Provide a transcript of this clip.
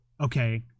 okay